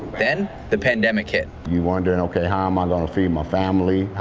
then the pandemic it you wonder and ok tom on the feed my family,